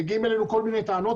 מגיעות אלינו כל מיני טענות,